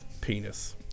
Penis